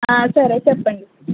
సరే చెప్పండి